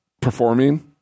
performing